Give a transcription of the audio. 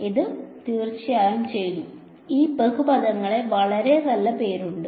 ഇത് തീർച്ചയായും ചെയ്തു ഈ ബഹുപദങ്ങൾക്ക് വളരെ നല്ല പേരുണ്ട്